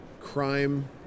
crime